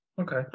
Okay